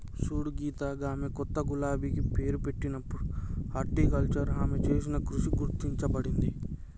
సూడు సీత గామె కొత్త గులాబికి పేరు పెట్టినప్పుడు హార్టికల్చర్ ఆమె చేసిన కృషి గుర్తించబడింది